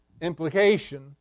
implication